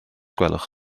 gwelwch